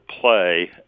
play